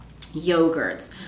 yogurts